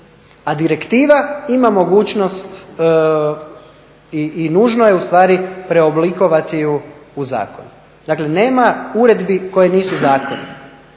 a direktiva ima mogućnost i nužno je ustvari preoblikovati ju u zakon. Dakle nema uredbi koje nisu zakoni